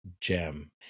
gem